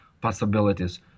possibilities